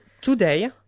Today